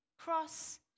cross